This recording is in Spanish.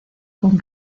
con